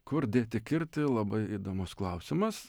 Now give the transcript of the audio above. kur dėti kirtį labai įdomus klausimas